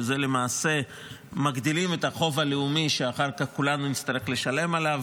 ולמעשה מגדילים את החוב הלאומי שאחר כך כולנו נצטרך לשלם עליו,